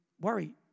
worry